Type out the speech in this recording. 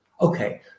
Okay